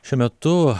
šiuo metu